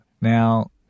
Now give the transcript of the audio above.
Now